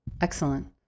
Excellent